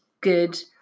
good